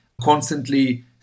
constantly